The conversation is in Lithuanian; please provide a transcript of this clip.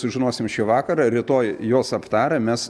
sužinosim šį vakarą rytoj juos aptarę mes